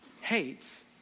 hates